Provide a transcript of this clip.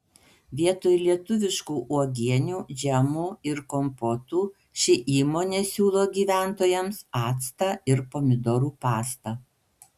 vietoj lietuviškų uogienių džemų ir kompotą ši įmonė siūlo gyventojams actą ir pomidorų pastą